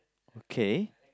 okay